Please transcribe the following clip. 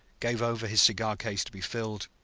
gave over his cigar-case to be filled,